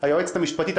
היועצת המשפטית,